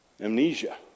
Amnesia